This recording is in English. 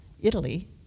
Italy